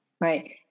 right